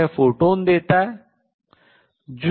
तो यह फोटॉन देता है